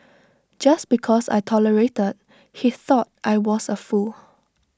just because I tolerated he thought I was A fool